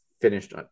finished